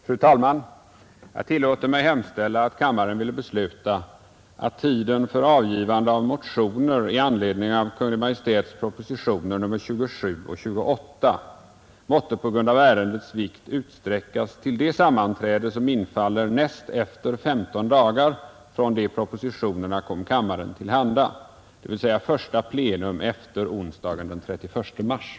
Fru talman! Jag tillåter mig hemställa, att kammaren ville besluta, att tiden för avgivande av motioner i anledning av Kungl. Maj:ts proposition nr 66 med förslag till ändring i regeringsformen, m.m. måtte med hänsyn till ärendets omfattning utsträckas till första plenum efter torsdagen den 20 april.